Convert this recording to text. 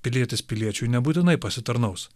pilietis piliečiui nebūtinai pasitarnaus